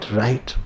right